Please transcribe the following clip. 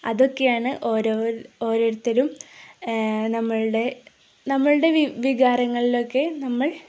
അതൊക്കെയാണ് ഓരോ ഓരോരുത്തരും നമ്മളുടെ നമ്മളുടെ വികാരങ്ങളിലൊക്കെ നമ്മൾ